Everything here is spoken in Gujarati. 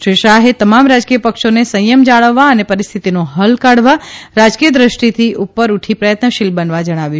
શ્રી શાહે તમામ રાજકીય પક્ષોને સંયમ જાળવવા અને પરિસ્થિતિનો હલ કાઢવા રાજકીય દૃષ્ટિથી ઉપર ઉઠી પ્રયત્નશીલ બનવા જણાવ્યું